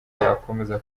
yakomeza